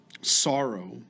sorrow